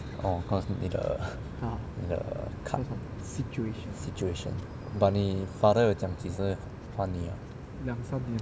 oh because 你的你的 situation but 你 father 有讲几时还你 ah